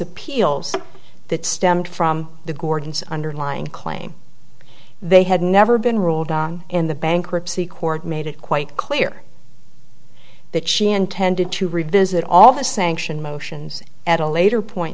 appeals that stemmed from the gordon's underlying claim they had never been ruled on and the bankruptcy court made it quite clear that she intended to revisit all the sanction motions at a later point